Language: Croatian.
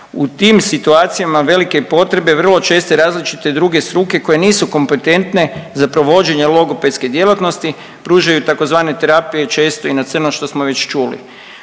U tim situacijama velike potrebe vrlo česte različite druge struke koje nisu kompetentne za provođenje logopedske djelatnosti pružaju tzv. terapije često i na crno što smo već čuli.